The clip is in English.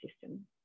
system